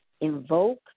invoke